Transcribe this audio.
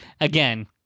again